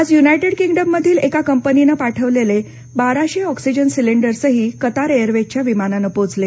आज युनायटेड किंग्डममधील एका कंपनीनं पाठवलेले बाराशे ऑक्सिजन सिलेंडर्सही कतार एअरवेजच्या विमानानं पोचले